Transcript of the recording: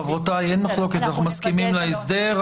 אנחנו מסכימים להסדר.